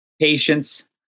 Patience